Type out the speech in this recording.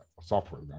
software